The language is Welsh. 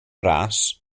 ras